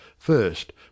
First